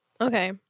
Okay